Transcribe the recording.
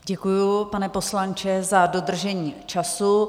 Děkuji, pane poslanče, za dodržení času.